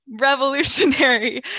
revolutionary